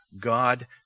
God